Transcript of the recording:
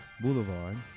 Boulevard